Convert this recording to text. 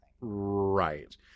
Right